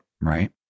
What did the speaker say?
right